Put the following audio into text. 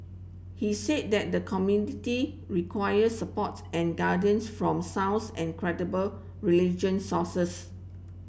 he said that the community require supports and guidance from sounds and credible religious sources